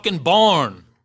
barn